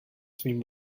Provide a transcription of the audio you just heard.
svým